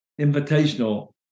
invitational